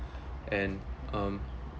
and um